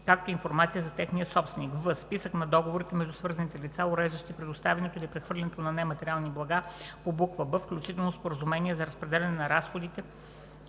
както и информация за техния собственик; в) списък на договорите между свързаните лица, уреждащи предоставянето или прехвърлянето на нематериални блага по буква „б“, включително споразумения за разпределяне на разходите